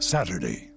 Saturday